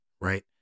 right